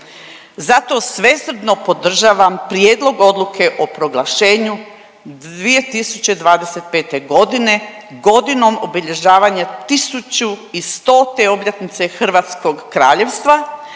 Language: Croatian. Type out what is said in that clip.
Zato svesrdno podržavam prijedlog odluke o proglašenju 2025. godine godinom obilježavanja 1100 obljetnice hrvatskog kraljevstva